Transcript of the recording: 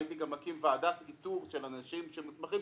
הייתי גם מקים ועדת איתור של אנשים שמוסמכים,